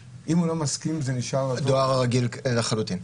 זה נשאר --- דואר רגיל לחלוטין.